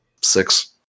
six